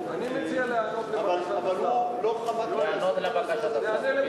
אבל הוא לא חמק מהנושא הזה,